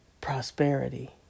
prosperity